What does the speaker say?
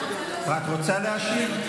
את רוצה להשיב?